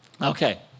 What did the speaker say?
Okay